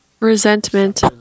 resentment